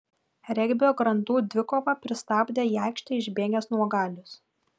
regbio grandų dvikovą pristabdė į aikštę išbėgęs nuogalius